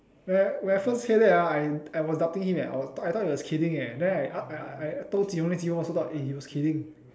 when when I first hear that ah I I was doubting him eh I thought he was kidding eh then I ask I told Qiwen Qiwen also thought he was kidding